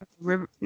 river